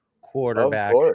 quarterback